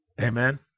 Amen